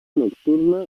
nocturna